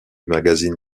magazine